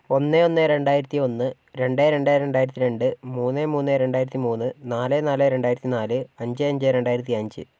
ഒന്ന് ഒന്ന് രണ്ടായിരത്തി ഒന്ന് രണ്ട് രണ്ട് രണ്ടായിരത്തി രണ്ട് മൂന്ന് മൂന്ന് രണ്ടായിരത്തി മൂന്ന് നാല് നാല് രണ്ടായിരത്തി നാല് അഞ്ച് അഞ്ച് രണ്ടായിരത്തി അഞ്ച്